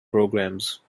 programmes